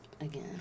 again